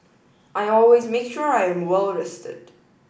I always make sure I am well rested